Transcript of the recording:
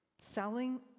Selling